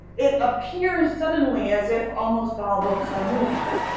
it appears suddenly as if almost all books are movies,